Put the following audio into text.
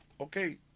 Okay